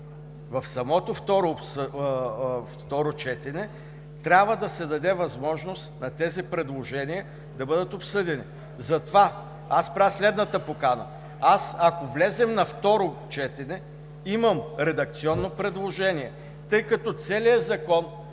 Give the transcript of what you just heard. в самото второ четене трябва да се даде възможност на тези предложения да бъдат обсъдени. Затова аз правя следната покана – ако влезем на второ четене, имам редакционно предложение, тъй като целият закон